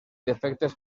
defectes